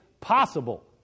possible